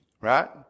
Right